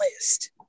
list